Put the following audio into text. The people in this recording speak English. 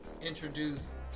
introduce